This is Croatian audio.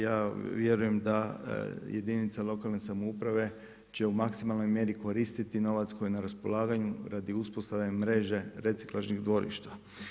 Ja vjerujem da jedinice lokalne samouprave će u maksimalnoj mjeri koristiti novac koji je na raspolaganju radi uspostave mreže reciklažnih dvorišta.